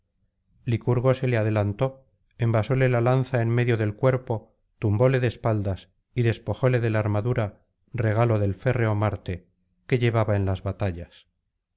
licurgo se le adelantó envasóle la lanza en medio del cuerpo tumbóle de espaldas y despojóle de la armadura regalo del férreo marte que llevaba en las batallas